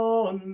on